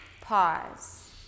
pause